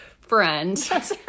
friend